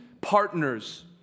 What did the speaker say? partners